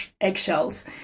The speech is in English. eggshells